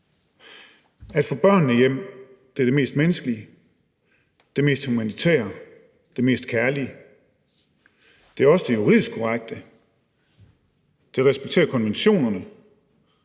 At få børnene hjem er det mest menneskelige, det mest humanitære, det mest kærlige. Det er også det juridisk korrekte, det respekterer konventionerne,